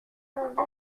choisir